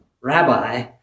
rabbi